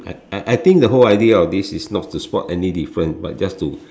I I think the whole idea of this is not to spot any difference but just to